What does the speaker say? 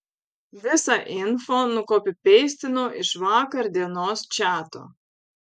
visą info nukopipeistinau iš vakar dienos čato